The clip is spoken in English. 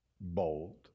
Bold